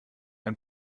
ein